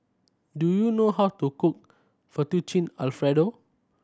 do you know how to cook Fettuccine Alfredo